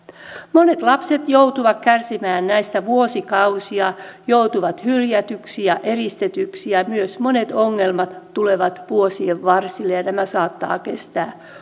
monet lapset joutuvat kärsimään näistä vuosikausia joutuvat hylätyiksi ja eristetyiksi ja ja myös monet ongelmat tulevat vuosien varsilla ja ja nämä saattavat kestää